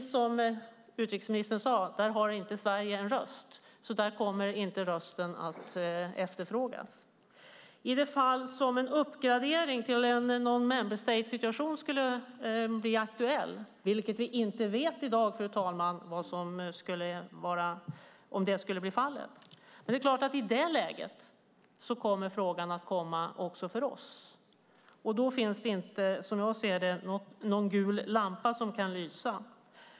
Som utrikesministern sade har Sverige ingen röst i säkerhetsrådet, så där kommer rösten inte att efterfrågas. I det fall en uppgradering till non-member state skulle bli aktuell - vilket vi i dag inte vet om så sker - kommer frågan också till oss. Då finns det inte, som jag ser det, någon gul lampa som kan lysa.